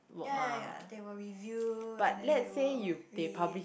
ya ya ya they will review and then they will read